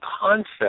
concept